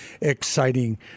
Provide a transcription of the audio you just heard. exciting